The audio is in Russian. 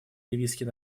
ливийский